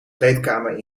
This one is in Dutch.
kleedkamer